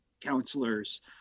counselors